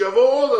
וכשיבואו עוד,